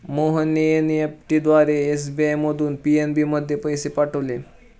मोहनने एन.ई.एफ.टी द्वारा एस.बी.आय मधून पी.एन.बी मध्ये पैसे पाठवले